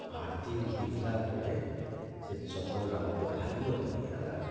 ଆଠ୍ ଦିନ୍ ପିନ୍ଧ୍ଲା ପରେ ସେ ଚପଲ୍ଟା ମତେ ଭାରି ଅବାଗିଆ ଲାଗ୍ଲାନ